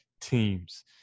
teams